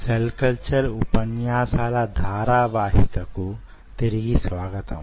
cell culture లో ఉపన్యాసాల ధారావాహిక కు తిరిగి స్వాగతం